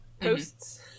posts